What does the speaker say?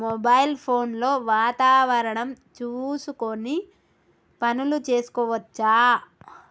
Mobile phone లో వాతావరణం చూసుకొని పనులు చేసుకోవచ్చా?